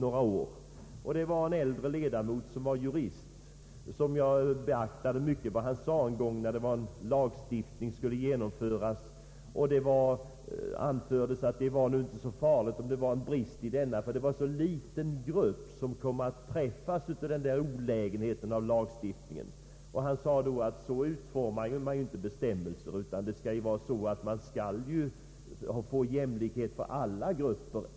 Jag beaktade särskilt vad en ledamot — han var jurist — yttrade en gång när ett lagförslag skulle genomföras. Under diskussionen i utskottet anfördes bl.a. att det nog inte var så farligt om lagförslaget innehöll en brist, då det var en så liten grupp som skulle komma att träffas av den olägenheten. Den nämnde ledamoten yttrade då, att så utformar man inte bestämmelser, utan man skall försöka åstadkomma jämlikhet för alla grupper.